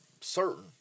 certain